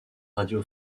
radio